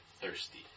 thirsty